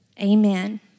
amen